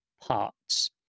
parts